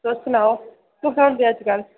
तुस सनाओ कुत्थें होंदे अज्ज्कल